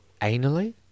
Anally